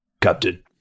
Captain